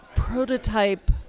prototype